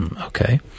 okay